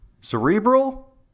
Cerebral